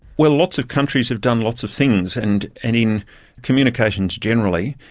well lots of countries have done lots of things, and and in communications generally,